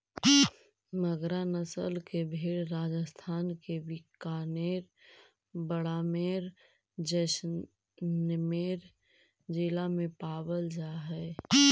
मगरा नस्ल के भेंड़ राजस्थान के बीकानेर, बाड़मेर, जैसलमेर जिला में पावल जा हइ